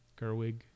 Gerwig